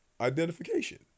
identification